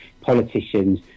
politicians